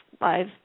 live